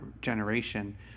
generation